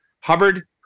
Hubbard